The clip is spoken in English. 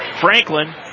Franklin